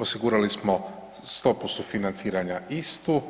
Osigurali smo stopu sufinanciranja istu